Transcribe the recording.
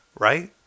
right